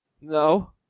No